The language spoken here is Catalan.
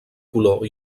color